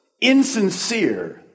insincere